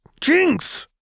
Jinx